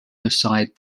decide